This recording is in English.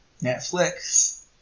Netflix